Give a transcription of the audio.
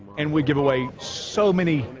and we give away so many